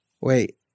wait